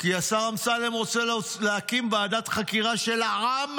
כי השר אמסלם רוצה להקים ועדת חקירה של העם.